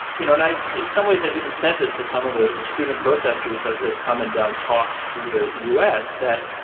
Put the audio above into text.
you know, and i in some ways i've even said this to some of the student protesters as they've come and done talks through the u s. that,